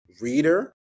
reader